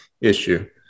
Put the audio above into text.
issue